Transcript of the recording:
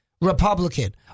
Republican